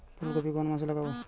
ফুলকপি কোন মাসে লাগাবো?